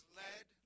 led